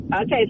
Okay